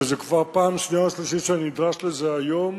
וזו כבר פעם שנייה או שלישית שאני נדרש לזה היום,